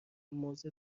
موضع